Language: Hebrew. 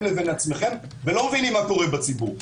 לבין עצמכם ולא מבינים מה קורה בציבור.